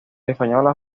española